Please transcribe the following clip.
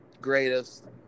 greatest